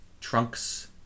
Trunks